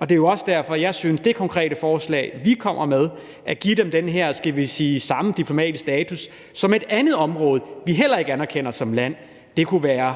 Det er jo også derfor, jeg synes, at det konkrete forslag, vi kommer med – at give dem den her, skal vi sige, samme diplomatiske status som nogle fra et andet område, vi heller ikke anerkender som et land – kunne være